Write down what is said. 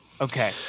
Okay